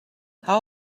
how